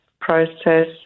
process